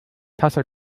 tasse